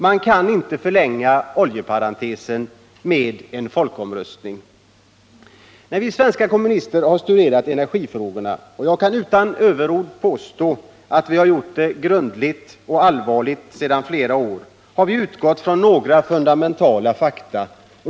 Man kan inte förlänga oljeparentesen med en folkomröstning. När vi svenska kommunister har studerat energifrågorna, och jag kan utan överord påstå att vi gjort det grundligt och allvarligt sedan många år, har vi utgått från några fundamentala fakta.